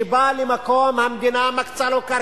שבא למקום, המדינה מקצה לו קרקע,